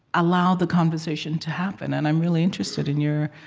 allow the conversation to happen, and i'm really interested in your